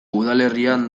udalerrian